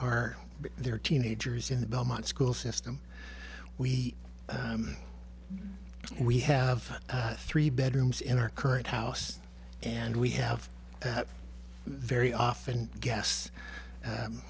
are there teenagers in the belmont school system we and we have three bedrooms in our current house and we have that very often gas